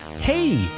Hey